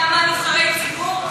אמונים עליך גם נבחרי ציבור היודעים?